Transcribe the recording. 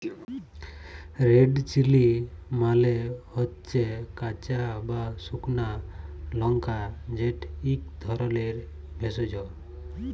red chilli মালে হচ্যে কাঁচা বা সুকনা লংকা যেট ইক ধরলের ভেষজ